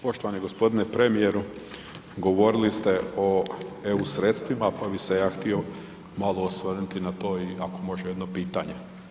Poštovani gospodine premijeru, govorili ste o EU sredstvima pa bi se ja htio malo osvrnuti na to i ako može jedno pitanje.